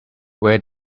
when